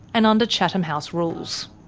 and under chatham house rules.